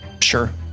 Sure